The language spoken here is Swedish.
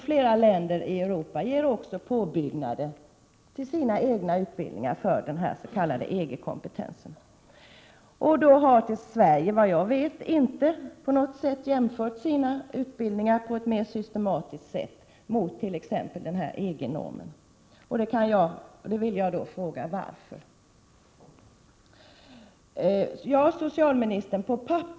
Flera länder i Europa genomför också påbyggnader på sina egna utbildningar för att man skall få den här s.k. EG-kompetensen. Sverige har såvitt jag vet inte på något mer systematiskt sätt jämfört sina utbildningar med EG-normen. Jag vill fråga varför så inte skett.